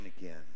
again